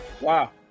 Wow